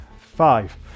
Five